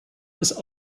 ist